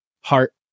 heart